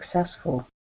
successful